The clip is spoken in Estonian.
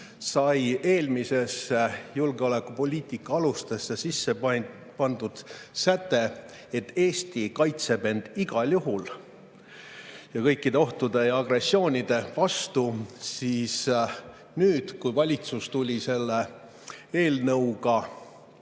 sai eelmistesse julgeolekupoliitika alustesse sisse pandud säte, et Eesti kaitseb end igal juhul kõikide ohtude ja agressioonide vastu, siis nüüd, kui valitsus tuli selle eelnõuga